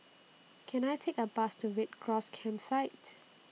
Can I Take A Bus to Red Cross Campsite